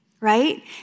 right